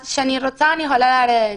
אז כשאני רוצה אני יכולה לרדת,